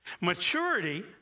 Maturity